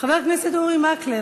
חבר הכנסת אורי מקלב,